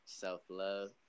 self-love